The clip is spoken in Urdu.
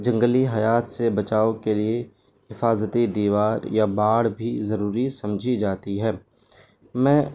جنگلی حیات سے بچاؤ کے لیے حفاظتی دیوار یا باڑ بھی ضروری سمجھی جاتی ہے میں